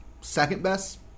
second-best